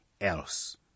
else